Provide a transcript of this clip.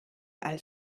als